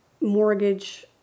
mortgage